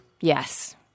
Yes